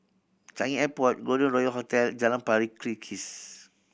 Changi Airport Golden Royal Hotel Jalan Pari Kikis